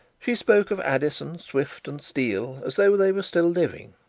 she spoke of addison, swift, and steele, as though they were still living,